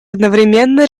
одновременно